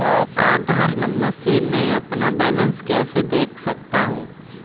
आधार number से मैं अपना बैलेंस कैसे देख सकता हूँ?